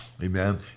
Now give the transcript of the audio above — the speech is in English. Amen